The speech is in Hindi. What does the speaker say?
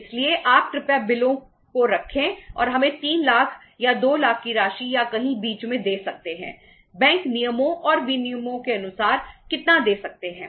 इसलिए आप कृपया बिलों को रखें और हमें 3 लाख या 2 लाख की राशि या कहीं बीच में दे सकते हैं बैंक नियमों और विनियमों के अनुसार कितना दे सकते हैं